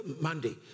Monday